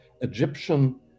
Egyptian